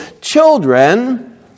Children